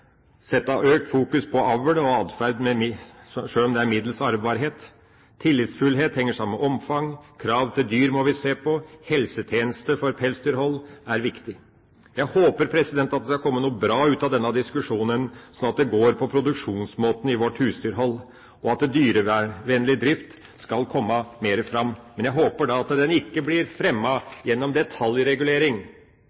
sette økt fokus på avl og atferd, sjøl om det er middels arvbarhet. Tillitsfullhet henger sammen med omfang. Krav til dyrehold må vi se på. Helsetjeneste for pelsdyrhold er viktig. Jeg håper at det skal komme noe bra ut av denne diskusjonen, sånn at det går på produksjonsmåten i vårt husdyrhold, og at dyrevennlig drift skal komme mer fram. Jeg håper da at den ikke blir